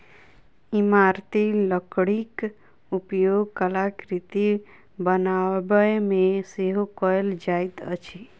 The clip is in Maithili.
इमारती लकड़ीक उपयोग कलाकृति बनाबयमे सेहो कयल जाइत अछि